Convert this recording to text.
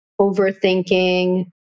overthinking